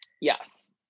yes